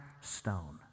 stone